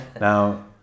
Now